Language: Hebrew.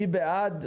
מי בעד?